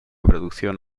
producción